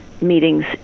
meetings